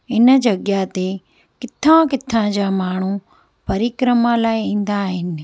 हिन जॻह ते किथां किथां जा माण्हू परिक्रमा लाइ ईंदा आहिनि